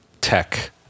tech